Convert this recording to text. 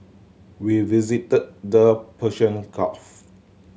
we visited the Persian Gulf